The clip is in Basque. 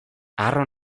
harro